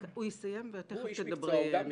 הוא יסיים, ותכף תדברי, ענת.